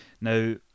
Now